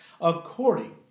according